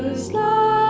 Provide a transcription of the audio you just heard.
slow